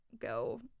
go